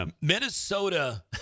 Minnesota